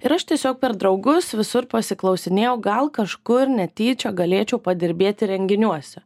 ir aš tiesiog per draugus visur pasiklausinėjau gal kažkur netyčia galėčiau padirbėti renginiuose